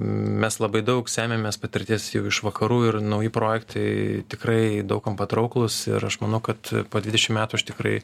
mes labai daug semiamės patirties jau iš vakarų ir nauji projektai tikrai daug kam patrauklūs ir aš manau kad po dvidešim metų aš tikrai